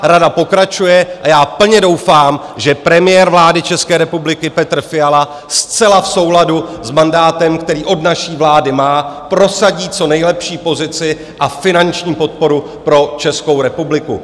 Rada pokračuje a já plně doufám, že premiér vlády České republiky Petr Fiala zcela v souladu s mandátem, který od naší vlády má, prosadí co nejlepší pozici a finanční podporu pro Českou republiku.